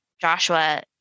Joshua